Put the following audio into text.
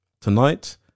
Tonight